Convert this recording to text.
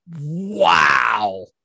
wow